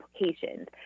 implications